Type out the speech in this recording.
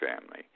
family